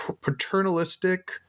paternalistic